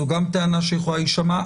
זו גם טענה שיכולה להישמע,